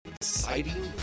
exciting